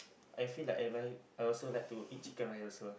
I feel like I like I also like to eat chicken rice also